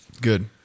Good